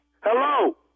Hello